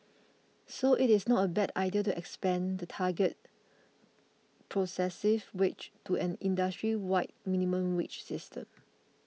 so it is not a bad idea to expand the targeted progressive wage to an industry wide minimum wage system